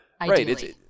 Right